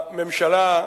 הממשלה,